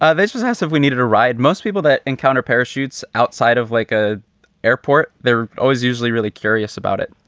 ah this was as if we needed a ride. most people that encounter parachutes outside of like a airport, they're always usually really curious about it.